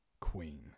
queen